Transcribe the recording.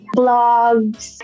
blogs